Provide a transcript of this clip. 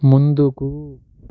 ముందుకు